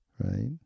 Right